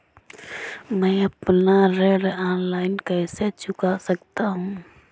मैं अपना ऋण ऑनलाइन कैसे चुका सकता हूँ?